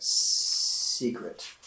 secret